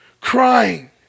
crying